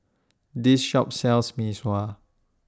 This Shop sells Mee Sua